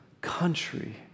country